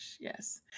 Yes